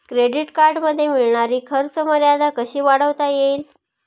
Credit कार्डमध्ये मिळणारी खर्च मर्यादा कशी वाढवता येईल?